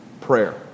prayer